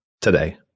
today